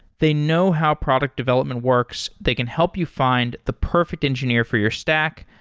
they know how product development works. they can help you find the perfect engineer for your stack,